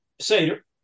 Seder